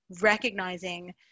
recognizing